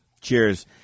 Cheers